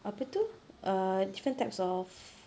apa tu err different types of